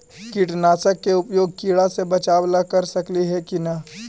कीटनाशक के उपयोग किड़ा से बचाव ल कर सकली हे की न?